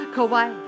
Kawaii